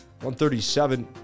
137